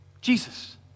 Jesus